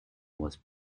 was